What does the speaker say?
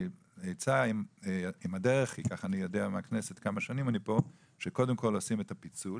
אני כמה שנים פה ויודע שקודם כל עושים את הפיצול